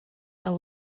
are